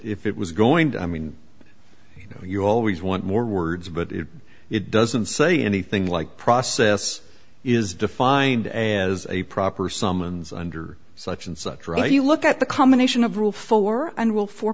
if it was going to i mean you know you always want more words but it it doesn't say anything like process is defined as a proper summons under such and such right you look at the combination of rule four and will fo